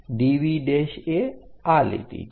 DV એ આ લીટી છે